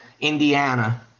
Indiana